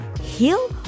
heal